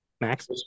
Max